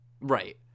Right